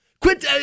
Quit